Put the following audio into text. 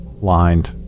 lined